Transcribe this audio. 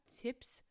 tips